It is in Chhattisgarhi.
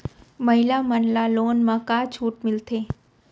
महिला मन ला लोन मा का छूट मिलथे?